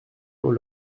aux